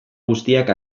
guztiak